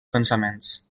pensaments